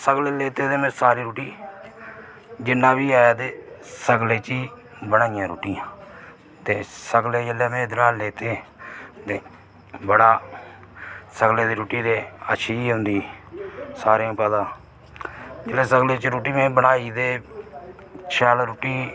सगले लेते ते में सारी रुट्टी जिन्ना बी एह् ते सगले च गै बनाइयां रुट्टी ते सगले जेलै में इद्धरा लेते ते बड़ा सगले दी रुट्टी दे अच्छी गै होंदी सारे गी पता जेल्लेै सगले च रुट्टी में बनाई ते शैल रुट्टी